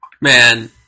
Man